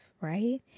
Right